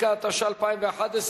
התשע"א 2011,